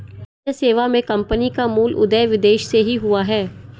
अन्य सेवा मे कम्पनी का मूल उदय विदेश से ही हुआ है